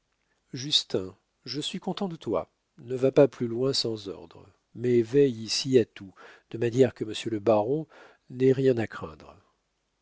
justin je suis content de toi ne va pas plus loin sans ordre mais veille ici à tout de manière que monsieur le baron n'ait rien à craindre